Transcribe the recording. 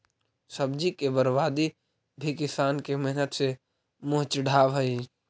सब्जी के बर्बादी भी किसान के मेहनत के मुँह चिढ़ावऽ हइ